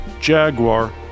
Jaguar